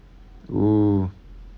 !oo!